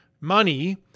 money